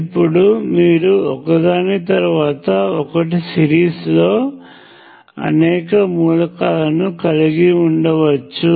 ఇప్పుడు మీరు ఒకదాని తర్వాత ఒకటి సిరీస్లో అనేక మూలకాలను కలిగి ఉండవచ్చు